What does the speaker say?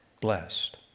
blessed